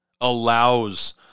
allows